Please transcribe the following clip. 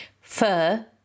fur